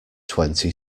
twenty